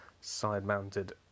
side-mounted